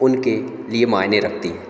उनके लिए मायने रखती है